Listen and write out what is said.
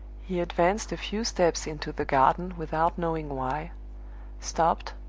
he advanced a few steps into the garden without knowing why stopped,